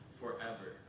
forever